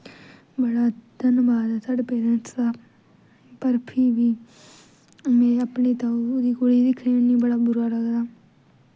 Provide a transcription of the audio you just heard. बड़ा धन्नबाद ऐ साढ़े पेरैंटस दा पर फ्ही बी में अपने ताऊ दी कुड़ी दिक्खनी होन्नी बड़ा बुरा लगदा